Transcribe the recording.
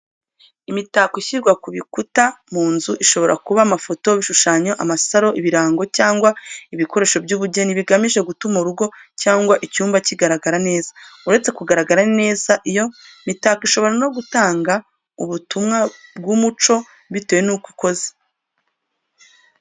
Imitako ishyirwa ku bikuta mu nzu, ishobora kuba amafoto, ibishushanyo, amasaro, ibirango, cyangwa ibikoresho by'ubugeni bigamije gutuma urugo cyangwa icyumba kigaragara neza. Uretse kugaragara neza, iyo mitako ishobora no gutanga ubutumwa bw'umuco bitewe nuko ikoze.